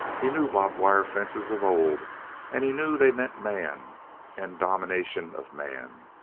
he knew barb-wire fences of old and he knew they meant man and domination of man.